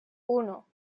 uno